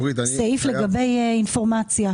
סעיף לגבי אינפורמציה,